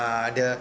uh the